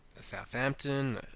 Southampton